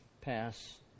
pass